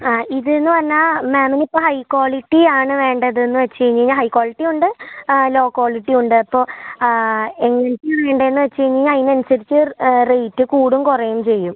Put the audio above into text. ആ ഇതൂന്ന് പറഞ്ഞാൽ മാമിനിപ്പോൾ ഹൈ ക്വാളിറ്റിയാണ് വേണ്ടതൂന്ന് വെച്ച് കഴിഞ്ഞാൽ ഹൈ ക്വാളിറ്റിയുണ്ട് ആ ലോ ക്വാളിറ്റിയുണ്ടപ്പൊ ഏതൊക്കെയാണ് വേണ്ടേന്ന് വെച്ച് കഴിഞ്ഞാൽ അതിനനുസരിച്ച് റേറ്റ് കൂടും കുറയും ചെയ്യും